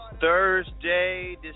Thursday